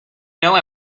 know